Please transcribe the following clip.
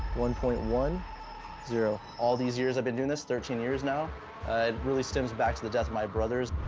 one point one zero. all these years i've been doing this, thirteen years now, it really stems back to the death of my brothers.